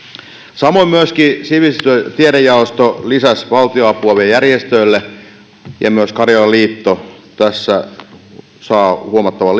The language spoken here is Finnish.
samoin myöskin sivistys ja tiedejaosto lisäsi vielä valtionapua järjestöille ja myös karjalan liitto tässä saa huomattavan